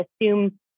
assume